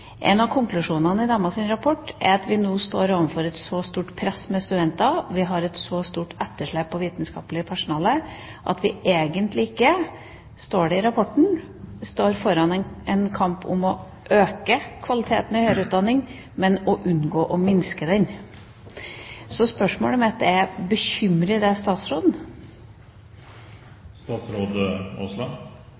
En av konklusjonene i deres rapport er at vi nå står overfor et så stort press med studenter. Vi har et så stort etterslep på vitenskaplig personal, at vi egentlig ikke – står det i rapporten – står foran en kamp om å øke kvaliteten i høyere utdanning, men å unngå å minske den. Spørsmålet mitt er: Bekymrer det statsråden?